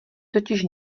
totiž